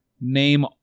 Name